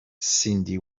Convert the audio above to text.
cyndi